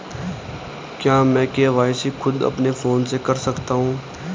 क्या मैं के.वाई.सी खुद अपने फोन से कर सकता हूँ?